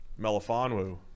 Melifonwu